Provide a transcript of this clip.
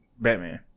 Batman